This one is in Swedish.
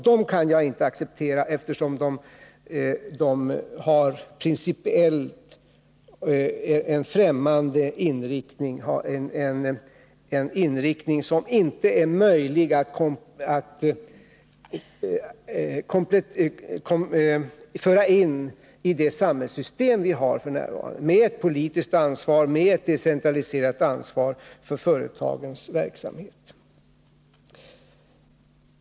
Den kan jag inte acceptera, eftersom de har en principiellt främmande inriktning — en inriktning som inte är möjlig att anpassa till det samhällssystem som vi har, med ett decentraliserat ansvar för företagens verksamhet.